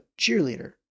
cheerleader